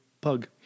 pug